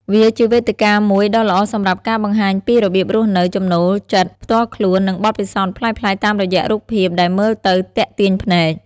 វាជាវេទិកាមួយដ៏ល្អសម្រាប់ការបង្ហាញពីរបៀបរស់នៅ ចំណូលចិត្តផ្ទាល់ខ្លួន និងបទពិសោធន៍ប្លែកៗតាមរយៈរូបភាពដែលមើលទៅទាក់ទាញភ្នែក។